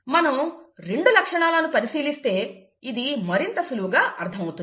మనం రెండు లక్షణాలను పరిశీలిస్తే ఇది మరింత సులువుగా అర్థం అవుతుంది